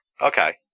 Okay